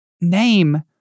name